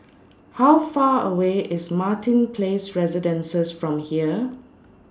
How Far away IS Martin Place Residences from here